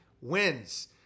wins